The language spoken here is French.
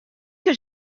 que